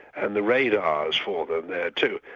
and the radars for them there too,